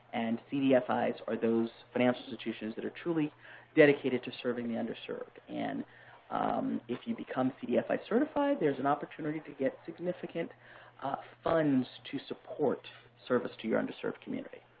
and cdfis are those financial institutions that are truly dedicated to serving the underserved, and if you become cdfi certified, there's an opportunity to get significant ah funds to support service to your underserved community.